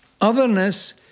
Otherness